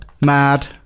Mad